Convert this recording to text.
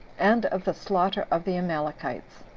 and of the slaughter of the amalekites.